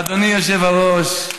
אדוני היושב-ראש,